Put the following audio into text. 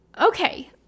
Okay